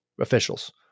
Officials